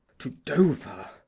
to dover.